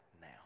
now